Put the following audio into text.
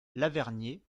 lavernié